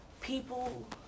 people